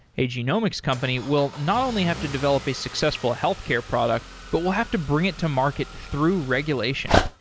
a genomics company will not only have to develop a successful healthcare product, but will have to bring it to market through regulation.